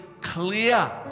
clear